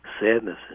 sadness